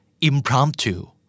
Impromptu